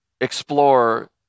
explore